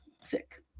sick